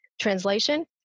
Translation